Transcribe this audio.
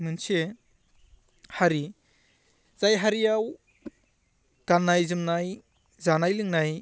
मोनसे हारि जाय हारिआव गान्नाय जोमनाय जानाय लोंनाय